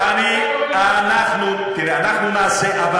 אנחנו נעשה,